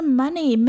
money